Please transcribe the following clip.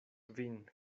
vin